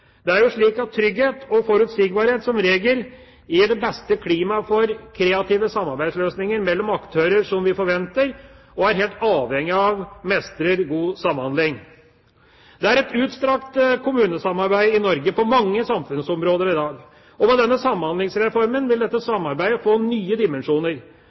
Det er jo slik at trygghet og forutsigbarhet som regel gir det beste klimaet for kreative samarbeidsløsninger mellom aktører som vi forventer og er helt avhengig av mestrer god samhandling. Det er et utstrakt kommunesamarbeid i Norge på mange samfunnsområder i dag, og med Samhandlingsreformen vil dette samarbeidet få nye dimensjoner.